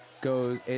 goes